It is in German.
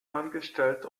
angestellt